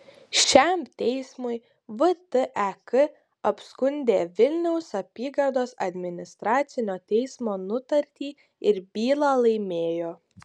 šiam teismui vtek apskundė vilniaus apygardos administracinio teismo nutartį ir bylą laimėjo